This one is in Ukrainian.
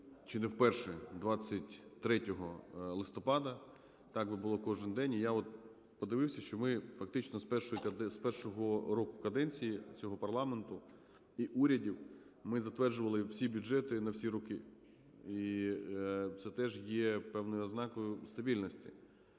чи не вперше 23 листопада. Так би було кожен день. І я от подивився, що ми фактично з першої… з першого року каденції цього парламенту і урядів ми затверджували всі бюджети на всі роки. І це теж є певною ознакою стабільності.